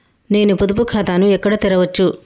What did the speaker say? నేను పొదుపు ఖాతాను ఎక్కడ తెరవచ్చు?